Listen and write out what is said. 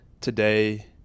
today